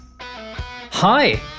Hi